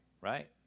Right